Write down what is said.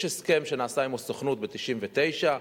יש הסכם שנעשה עם הסוכנות ב-1999,